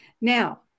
Now